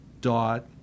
dot